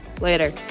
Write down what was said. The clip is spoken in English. Later